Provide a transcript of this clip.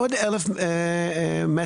אין סיבה